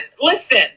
listen